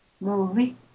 movie